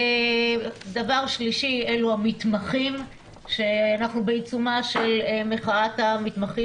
דבר שלישי אלה המתמחים ואנחנו בעיצומה של מחאת המתמחים